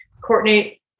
Courtney